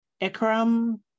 Ikram